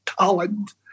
talent